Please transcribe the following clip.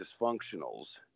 dysfunctionals